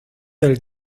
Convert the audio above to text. del